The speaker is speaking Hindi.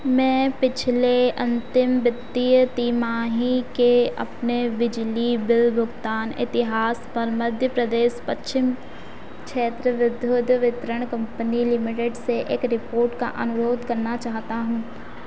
मैं पिछले अन्तिम वित्तीय तिमाही के अपने बिजली बिल भुगतान इतिहास पर मध्य प्रदेश पश्चिम क्षेत्र विद्युत वितरण कम्पनी लिमिटेड से एक रिपोर्ट का अनुरोध करना चाहता हूँ